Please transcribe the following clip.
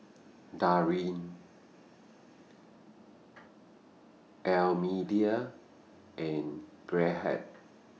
Darrin Almedia and Gerhard